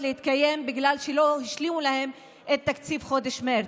להתקיים בגלל שלא השלימו להן את תקציב חודש מרץ.